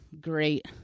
great